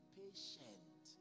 patient